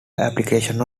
application